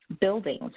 buildings